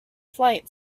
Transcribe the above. flight